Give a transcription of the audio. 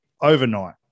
overnight